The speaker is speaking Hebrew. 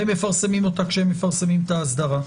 הם מפרסים אותה כשהם מפרסמים את האסדרה.